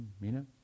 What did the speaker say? Mina